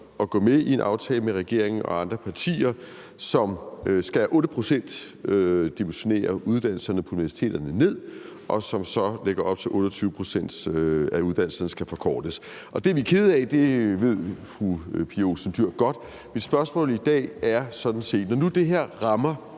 at gå med i en aftale med regeringen og andre partier, som skal dimensionere uddannelserne på universiteterne ned med 8 pct., og som så lægger op til, at 28 pct. af uddannelserne skal forkortes. Det er vi kede af, det ved fru Pia Olsen Dyhr godt. Mit spørgsmål i dag er sådan set: Når nu det her rammer